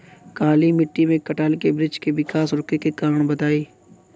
काली मिट्टी में कटहल के बृच्छ के विकास रुके के कारण बताई?